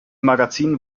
magazin